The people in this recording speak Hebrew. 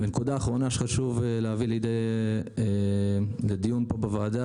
נקודה אחרונה שחשוב להביא לדיון פה בוועדה